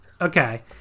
Okay